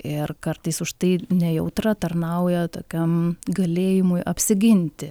ir kartais už tai nejautra tarnauja tokiam galėjimui apsiginti